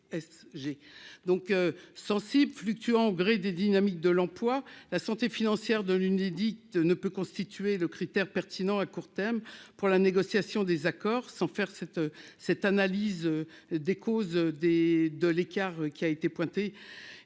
donc sensible, fluctuant au gré des dynamiques de l'emploi, la santé financière de l'Unédic ne peut constituer le critère pertinent à court terme pour la négociation des accords sans faire cette cette analyse des causes des de l'écart qui a été pointé